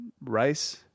Rice